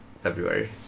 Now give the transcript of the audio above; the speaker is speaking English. February